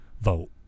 vote